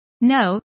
NO